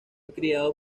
criado